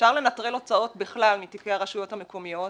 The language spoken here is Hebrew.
אפשר לנטרל הוצאות בכלל מתיקי הרשויות המקומיות,